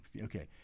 okay